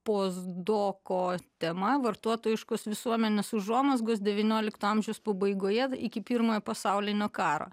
postdoko tema vartotojiškos visuomenės užuomazgosdevyniolikto amžiaus pabaigoje iki pirmojo pasaulinio karo